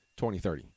2030